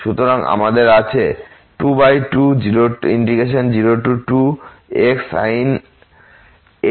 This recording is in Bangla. সুতরাং আমাদের আছে 2202xsin nπx2 dx